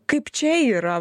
kaip čia yra